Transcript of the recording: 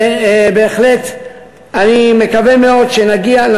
ובהחלט אני מקווה מאוד שנגיע,